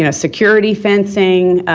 you know security fencing,